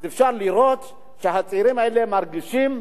אפשר לראות שהצעירים האלה מרגישים,